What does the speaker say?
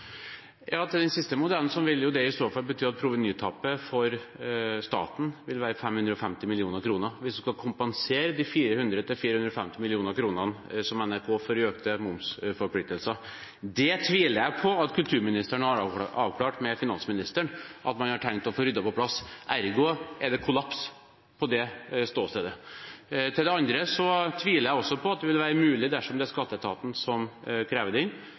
fall bety at provenytapet for staten vil være 550 mill. kr, hvis en skal kompensere de 400–450 mill. kr som NRK får i økte momsforpliktelser. Jeg tviler på at kulturministeren har avklart med finansministeren at man har tenkt å få ryddet det på plass – ergo er det kollaps på det ståstedet. Til det andre: Jeg tviler også på at dette vil være mulig dersom det er skatteetaten som krever det inn.